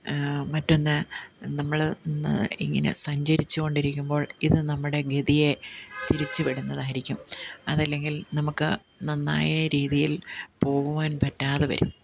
മറ്റൊന്ന് നമ്മൾ ഇങ്ങനെ സഞ്ചരിച്ചുകൊണ്ടിരിക്കുമ്പോൾ ഇത് നമ്മുടെ ഗതിയെ തിരിച്ച് വിടുന്നതായിരിക്കും അതല്ലെങ്കിൽ നമുക്ക് നന്നായ രീതിയിൽ പോകുവാൻ പറ്റാതെ വരും